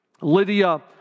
Lydia